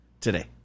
today